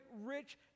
rich